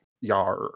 Yar